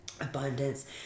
abundance